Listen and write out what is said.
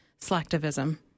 selectivism